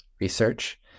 research